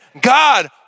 God